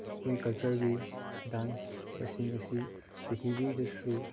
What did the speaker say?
ꯑꯩꯈꯣꯏ ꯀꯜꯆꯔꯒꯤ ꯗꯥꯟꯁꯁꯤꯡ ꯑꯁꯤ ꯄ꯭ꯔꯤꯊꯤꯕꯤꯗꯁꯨ